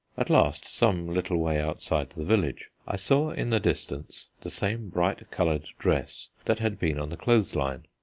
at last, some little way outside the village, i saw in the distance the same bright-coloured dress that had been on the clothes-line.